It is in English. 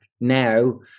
now